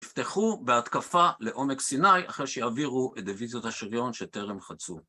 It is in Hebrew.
תפתחו בהתקפה לעומק סיני אחרי שיעבירו את דיוויזיות השריון שטרם חצו.